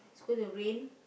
gonna rain